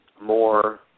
more